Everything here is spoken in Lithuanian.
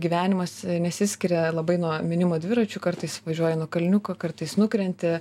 gyvenimas nesiskiria labai nuo mynimo dviračiu kartais važiuoji nuo kalniuko kartais nukrenti